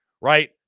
right